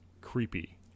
creepy